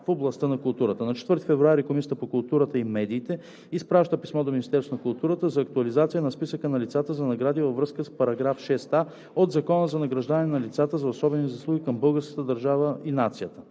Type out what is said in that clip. в областта на културата. На 4 февруари Комисията по културата и медиите изпраща писмо до Министерството на културата за актуализация на списъка на лицата за награди във връзка с § 6а от Закона за награждаване на лица за особени заслуги към българската държава и нацията.